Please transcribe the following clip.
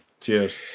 Cheers